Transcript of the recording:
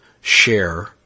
share